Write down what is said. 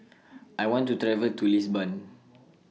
I want to travel to Lisbon